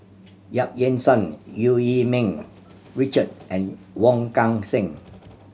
Yap Ee Chian Eu Yee Ming Richard and Wong Kan Seng